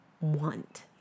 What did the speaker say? want